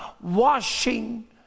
washing